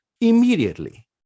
immediately